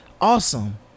awesome